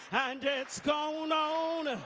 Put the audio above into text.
and it's gone on.